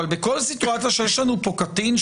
קודם כול, כאשר ההנחה היא שיש לאדם אפוטרופוס שהוא